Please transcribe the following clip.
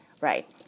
right